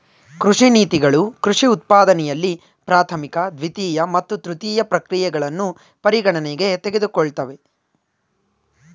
ಕೃಷಿ ನೀತಿಗಳು ಕೃಷಿ ಉತ್ಪಾದನೆಯಲ್ಲಿ ಪ್ರಾಥಮಿಕ ದ್ವಿತೀಯ ಮತ್ತು ತೃತೀಯ ಪ್ರಕ್ರಿಯೆಗಳನ್ನು ಪರಿಗಣನೆಗೆ ತೆಗೆದುಕೊಳ್ತವೆ